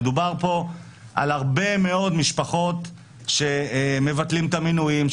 צריך להבין שמדובר פה על הרבה מאוד משפחות שמבטלות את המינויים,